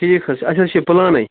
ٹھیٖک حظ چھُ اَسہِ حظ چھُ یہِ پُلانٕے